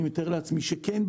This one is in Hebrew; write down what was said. אני מתאר לעצמי שכן,